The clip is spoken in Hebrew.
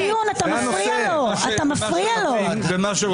זה הנושא.